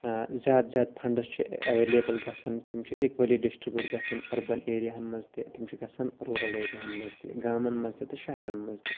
زیادٕ زیادٕ پھَنڈٕس چھِ ایویلیبٕل گَژھان تِم چھِ اِکؤلی ڈِسٹربیوٗٹ گَژھان أربَن ایریاہَن مَنٛز تہِ تِم چھِ گَژھن روٗرَل ایریاہَن مَنٛز تہِ گامَن مَنٛز تِتہٕ شَہرَن مَنٛز تہِ